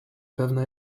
pewna